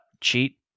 cheat